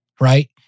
Right